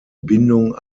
bindung